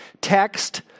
text